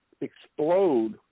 explode